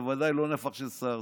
ובוודאי לא נפח של שר.